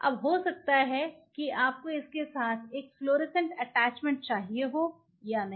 अब हो सकता है कि आपको इसके साथ एक फ्लोरोसेंट अटैचमेंट चाहिए हो या नहीं